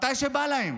מתי שבא להם.